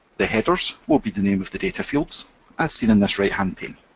the headers will be the name of the data fields as seen in this right-hand pane.